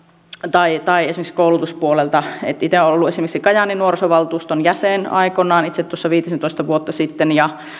tai tai esimerkiksi koulutuspuolelta itse olen ollut esimerkiksi kajaanin nuorisovaltuuston jäsen aikoinaan viitisentoista vuotta sitten ja